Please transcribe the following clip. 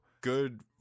good